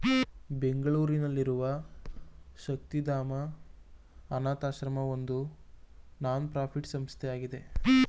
ಬೆಂಗಳೂರಿನಲ್ಲಿರುವ ಶಕ್ತಿಧಾಮ ಅನಾಥಶ್ರಮ ಒಂದು ನಾನ್ ಪ್ರಫಿಟ್ ಸಂಸ್ಥೆಯಾಗಿದೆ